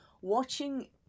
watching